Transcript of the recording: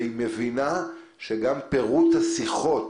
והיא מבינה שגם פירוט השיחות